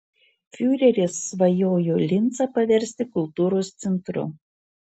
fiureris svajojo lincą paversti kultūros centru